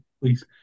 please